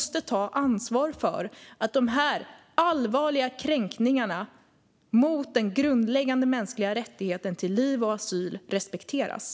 Sveriges regering måste genom ministerrådet ta ansvar för att den grundläggande mänskliga rättigheten till liv och asyl ska respekteras.